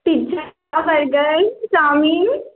pizza burger chowmein